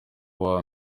uwa